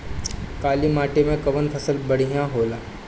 काली माटी मै कवन फसल बढ़िया होला?